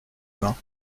bains